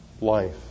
life